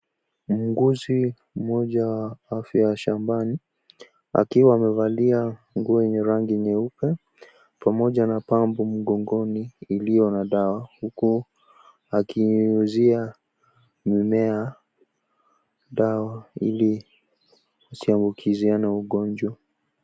Muuguzi mmoja wa afya wa zamani akiwa amevalia nguo yenye rangi nyeupe pamoja na pampu mkongoni iliyo na dawa huku akinyunyuzia mimea dawa ili ziziambukizane ugonjwa.